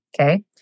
Okay